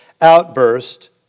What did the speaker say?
outburst